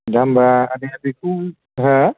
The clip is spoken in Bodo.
दा होनबा आदाया बेखौ हो